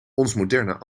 moderne